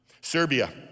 Serbia